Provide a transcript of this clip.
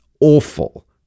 awful